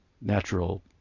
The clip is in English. natural